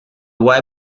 why